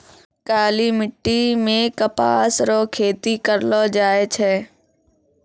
काली मिट्टी मे कपास रो खेती करलो जाय छै